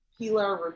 Hilar